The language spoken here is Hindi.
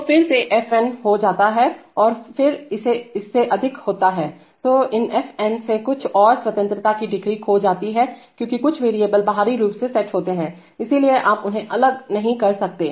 तो फिर यह f n हो जाता है और फिर इससे अधिक होता है तो इन f n से कुछ और स्वतंत्रता की डिग्री खो जाती हैं क्योंकि कुछ वेरिएबल बाहरी रूप से सेट होते हैं इसलिए आप उन्हें अलग नहीं कर सकते